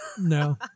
No